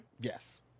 Yes